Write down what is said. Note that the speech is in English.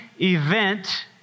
event